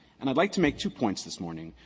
and i'd like to make two points this morning.